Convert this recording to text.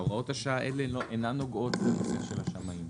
הוראות השעה האלה אינן נוגעות לאופציה של השמאים.